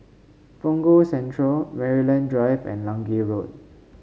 Punggol Central Maryland Drive and Lange Road